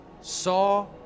saw